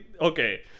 Okay